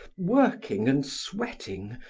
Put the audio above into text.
working and sweating,